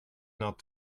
not